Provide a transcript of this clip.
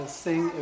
sing